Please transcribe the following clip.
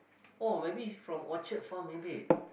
oh maybe it's from orchard farm maybe